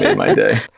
yeah my day.